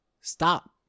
stop